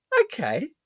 Okay